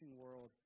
world